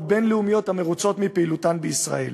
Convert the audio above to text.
בין-לאומיות המרוצות מפעילותן בישראל.